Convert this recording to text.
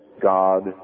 God